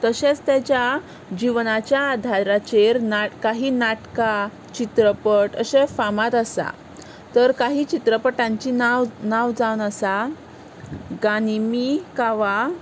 तशेंच ताच्या जिवनाच्या आदाराचेर कांय नाटकां चित्रपट अशे फामाद आसा तर कांय चित्रपटांचीं नांव नांव जावन आसा गानिमी कावा